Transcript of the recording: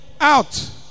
out